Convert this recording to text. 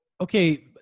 okay